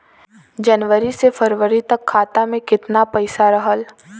जनवरी से फरवरी तक खाता में कितना पईसा रहल?